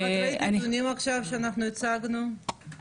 את ראית את הנתונים שאנחנו הצגנו עכשיו?